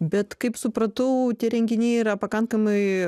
bet kaip supratau tie renginiai yra pakankamai